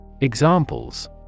Examples